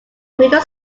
middle